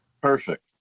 Perfect